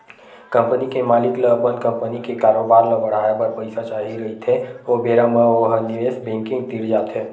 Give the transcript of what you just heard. company के मालिक ल अपन कंपनी के कारोबार ल बड़हाए बर पइसा चाही रहिथे ओ बेरा म ओ ह निवेस बेंकिग तीर जाथे